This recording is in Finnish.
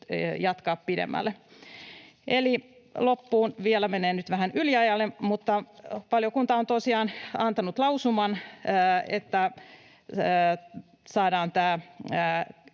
jatkaa pidemmälle. Eli loppuun vielä — menee nyt vähän yliajalle: Valiokunta on tosiaan antanut lausuman, että saataisiin tämä